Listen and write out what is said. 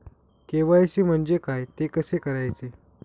KYC म्हणजे काय? ते कसे करायचे?